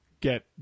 get